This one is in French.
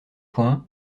poing